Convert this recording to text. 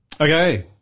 Okay